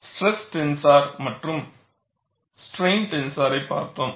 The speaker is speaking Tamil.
ஸ்ட்ரெஸ் டென்சர் மற்றும் ஸ்ட்ரெய்ன் டென்சரைப் பார்த்தோம்